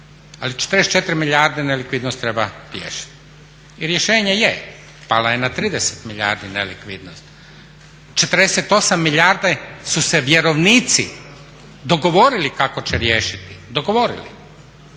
ali 44 milijarde nelikvidnost treba riješiti. I rješenje je, pala je na 30 milijardi nelikvidnost. 48 milijardi su se vjerovnici dogovorili kako će riješiti,